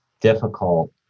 difficult